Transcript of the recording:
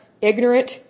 ignorant